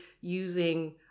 using